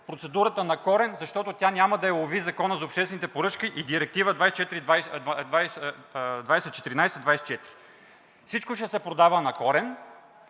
процедурата на корен, защото нея няма да я лови Законът за обществените поръчки и Директива 2014/24. Всичко ще се продава на корен,